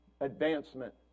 advancement